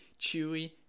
chewy